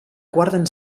guarden